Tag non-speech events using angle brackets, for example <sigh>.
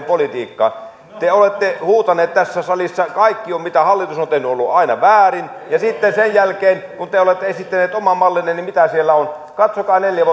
<unintelligible> politiikkaan te olette huutaneet tässä salissa että kaikki mitä hallitus on tehnyt on ollut aina väärin ja sitten sen jälkeen kun te olette esittäneet oman mallinne niin mitä siellä on katsokaa neljä <unintelligible>